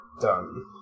done